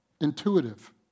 intuitive